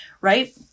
right